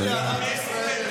יש לי אהבת ישראל.